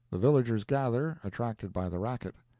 the villagers gather, attracted by the racket.